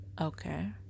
okay